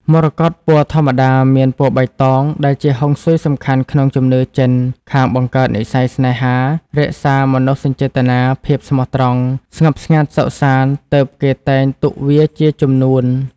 មរកតពណ៌ធម្មតាមានពណ៌បៃតងដែលជាហុងស៊ុយសំខាន់ក្នុងជំនឿចិនខាង បង្កើតនិស្ស័យស្នេហា រក្សាមនោសញ្ចេតនា ភាពស្មោះត្រង់ ស្ងប់ស្ងាត់សុខសាន្តទើបគេតែងទុកវាជាជំនួន។